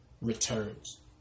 returns